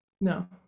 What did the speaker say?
no